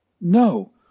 No